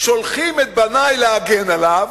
שולחים את בני להגן עליו,